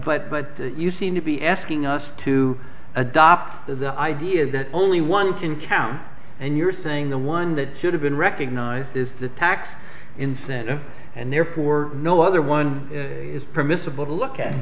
a but but you seem to be asking us to adopt the idea that only one can count and you're saying the one that should have been recognized is the tax incentive and therefore no other one is permissible to look at and